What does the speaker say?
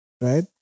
right